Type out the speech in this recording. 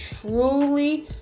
truly